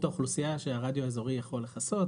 האוכלוסייה שהרדיו האזורי יכול לכסות,